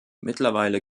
mittlerweile